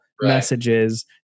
Messages